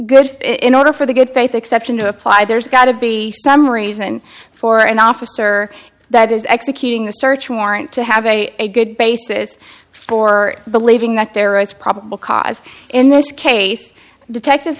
good in order for the good faith exception to apply there's got to be some reason for an officer that is executing the search warrant to have a good basis for believing that there is probable cause in this case